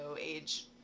age